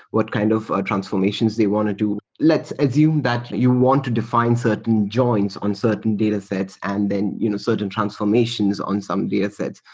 what kind of ah transformations they want to do. let's assume that you want to defi ne certain joins on certain datasets and then you know certain transformations on some datasets.